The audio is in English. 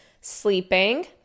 sleeping